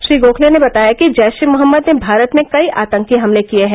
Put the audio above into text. श्री गोखले ने बताया कि जैश ए मोहम्मद ने भारत में कई आतंकी हमले किए हैं